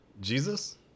Jesus